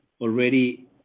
already